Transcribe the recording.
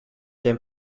then